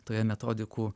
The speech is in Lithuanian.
toje metodikų